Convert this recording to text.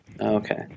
Okay